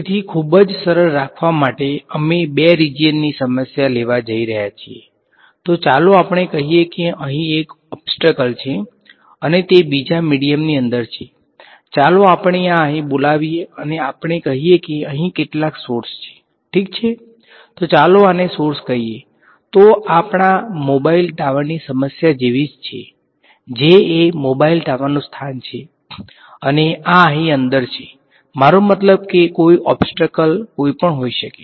તેથી ખૂબ જ સરળ રાખવા માટે અમે બે રીજીયન કંઈપણ હોઈ શકે છે